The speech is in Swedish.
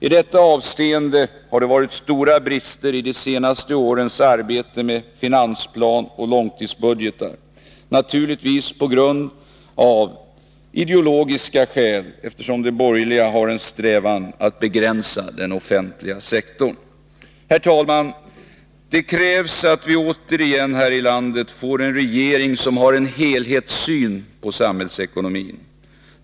I detta avseende har det varit stora brister i de senaste årens arbete med finansplan och långtidsbudgetar — naturligtvis på grund av att de borgerliga av ideologiska skäl har en strävan att begränsa den offentliga sektorn. Fru talman! Det krävs att vi återigen här i landet får en regering som har en helhetssyn på samhällsekonomin.